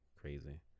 crazy